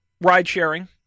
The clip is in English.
ride-sharing